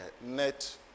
net